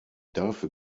dafür